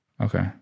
Okay